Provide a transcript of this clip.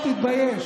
אני מתבייש